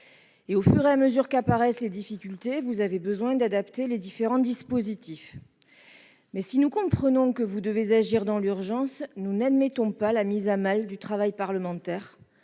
Au fur et à mesure qu'apparaissent les difficultés, vous avez besoin d'adapter les différents dispositifs. Si nous comprenons que vous devez agir dans l'urgence, nous n'admettons pas la mise à mal du travail parlementaire,